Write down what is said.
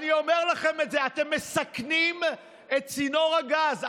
אני אומר לכם את זה: אתם מסכנים את צינור הגז,